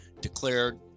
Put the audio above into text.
declared